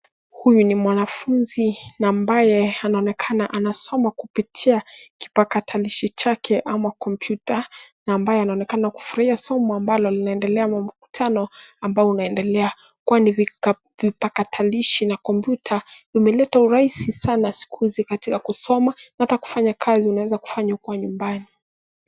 Huyu ni mwanafunzi na ambaye anaonekana anasoma kupitia kipakatalishi chake ama kompyuta na ambaye anaonekana kufurahia somo ambalo linaendelea ama mkutano ambao unaendelea kwani vipakatalishi na kopyuta vimeleta urahisi sana siku hizi katika kusoma hata kufanya kazi unaweza kufanya kazi ukuwa nyimbani.